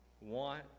want